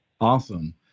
Awesome